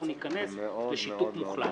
אנחנו ניכנס לשיתוק מוחלט.